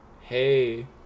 hey